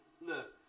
Look